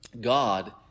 God